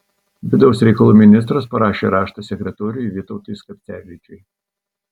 vidaus reikalų ministras parašė raštą sekretoriui vytautui skapcevičiui